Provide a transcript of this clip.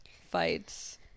fights